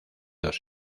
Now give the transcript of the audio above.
dos